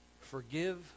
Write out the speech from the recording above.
forgive